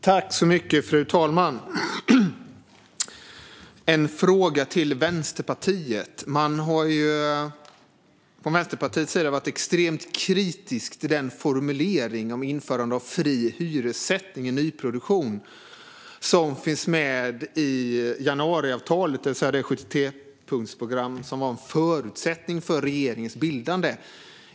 Fru talman! Jag har en fråga till Vänsterpartiet. Man har ju från Vänsterpartiets sida varit extremt kritisk till den formulering om införande av fri hyressättning i nyproduktion som finns med i januariavtalet, det vill säga det 73-punktsprogram som var en förutsättning för regeringens bildande.